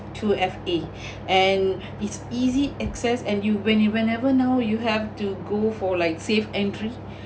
two F_A and it's easy access and you when you whenever now you have to go for like save entry